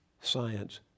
science